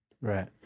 Right